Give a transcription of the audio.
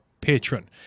Patron